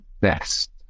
best